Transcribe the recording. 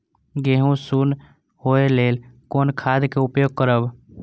गेहूँ सुन होय लेल कोन खाद के उपयोग करब?